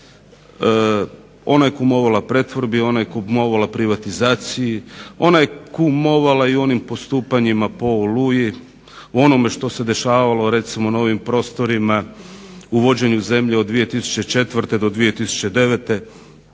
Ona je kumovala pretvorbi, ona je kumovala privatizaciji, ona je kumovala i u onim postupanjima po "Oluji", u onome što se dešavalo recimo na ovim prostorima u vođenju zemlje od 2004. do 2009.,